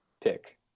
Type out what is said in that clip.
pick